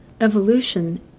evolution